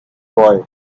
boy